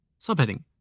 Subheading